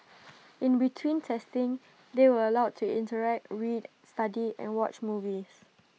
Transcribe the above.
in between testing they were allowed to interact read study and watch movies